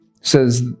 says